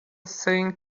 thing